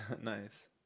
nice